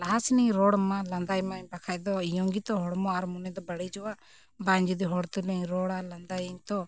ᱞᱟᱦᱟ ᱥᱤᱱᱤᱧ ᱨᱚᱲ ᱢᱟ ᱞᱟᱸᱫᱟᱭ ᱢᱟ ᱵᱟᱠᱷᱟᱡ ᱫᱚ ᱤᱧᱟᱹᱜ ᱜᱮᱛᱚ ᱦᱚᱲᱢᱚ ᱟᱨ ᱢᱚᱱᱮ ᱫᱚ ᱵᱟᱹᱲᱤᱡᱚᱜᱼᱟ ᱵᱟᱝ ᱡᱩᱫᱤ ᱦᱚᱲ ᱛᱩᱞᱩᱡ ᱤᱧ ᱨᱚᱲᱟ ᱞᱟᱸᱫᱟᱭᱟᱹᱧ ᱛᱚ